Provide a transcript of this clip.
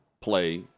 play